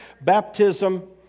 Baptism